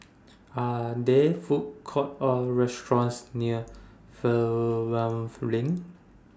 Are There Food Courts Or restaurants near Fernvale LINK